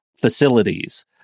facilities